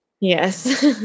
Yes